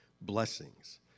blessings